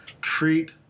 treat